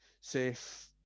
safe